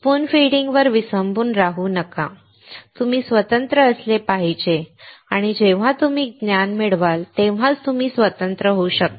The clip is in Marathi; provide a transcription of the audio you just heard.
स्पून फीडिंग वर विसंबून राहू नका तुम्ही स्वतंत्र असले पाहिजे आणि जेव्हा तुम्ही ज्ञान मिळवाल तेव्हाच तुम्ही स्वतंत्र होऊ शकता